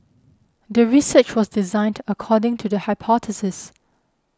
the research was designed according to the hypothesis